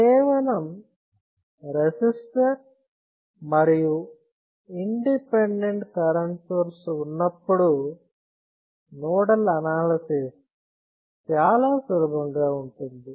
కేవలం రెసిస్టర్ మరియు independent current source ఉన్నప్పుడు నోడల్ అనాలసిస్ చాలా సులభంగా ఉంటుంది